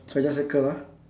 so I just circle ah